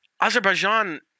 Azerbaijan